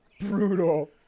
Brutal